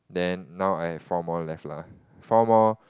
then now I have four more left lah four more